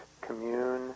commune